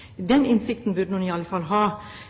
Den innsikten burde hun i alle fall ha.